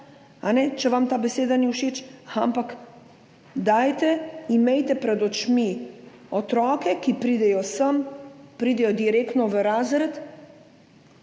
če vam ta beseda ni všeč, ampak imejte pred očmi otroke, ki pridejo sem, pridejo direktno v razred,